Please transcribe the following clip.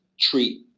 treat